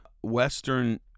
Western